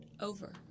over